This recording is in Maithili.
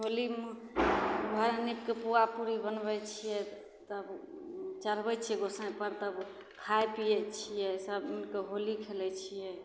होलीमे घरके निपिके तऽ पुआ पूड़ी बनबै छिए तब चढ़बै छिए गोसाइँपर तब खाइ पिए छिए सभ तऽ होली खेलै छिए